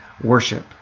worship